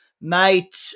mate